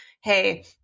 Hey